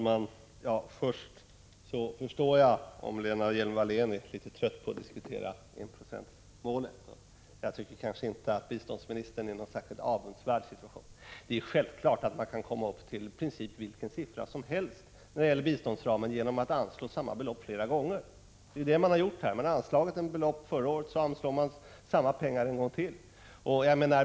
Herr talman! Jag förstår om Lena Hjelm-Wallén är litet trött på att diskutera enprocentsmålet — biståndsministern är inte i någon särskilt avundsvärd situation. Det är självklart att man i princip kan komma upp till vilken summa som helst när det gäller biståndsramen genom att anslå samma belopp flera gånger. Och det är ju det man har gjort. Man anslog ett belopp förra året, och i år anslår man samma pengar en gång till.